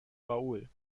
raoul